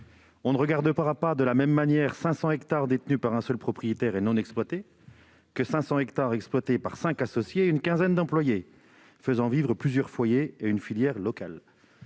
On ne regardera pas de la même manière 500 hectares détenus par un seul propriétaire et non exploités et 500 hectares exploités par cinq associés et une quinzaine d'employés, faisant vivre plusieurs foyers et une filière locale.